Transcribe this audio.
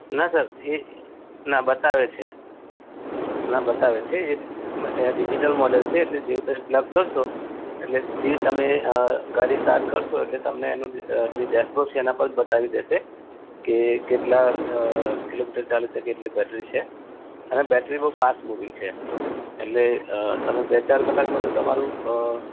ના સર એ ના બતાવે છે ના બતાવે છે એ ડિજિટલ મૉડલ છે એટલે જેવું તમે પ્લગ કરશો એટલે તે તમે ગાડી સ્ટાર્ટ કરશો એટલે તમને એનું જે ડૅશબોર્ડ છે એના પર જ બતાવી દેશે કે કેટલા કિલોમીટર ચાલી શકે એટલી બૅટરી છે અને બૅટરી બહુ ફાસ્ટ મૂવિંગ છે એટલે તમે બે ચાર કલાકમાં તો તમારું